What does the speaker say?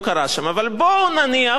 שהיו מגיעים שם להסכמה.